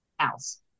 else